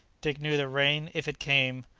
dick knew that rain, if it came,